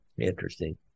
Interesting